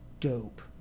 dope